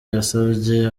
yasavye